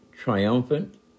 triumphant